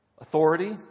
Authority